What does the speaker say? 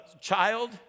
child